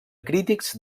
crítics